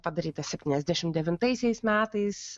padarytas septyniasdešimt devintaisiais metais